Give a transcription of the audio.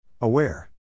Aware